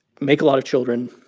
make a lot of children,